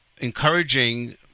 encouraging